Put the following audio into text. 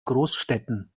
großstädten